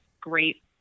great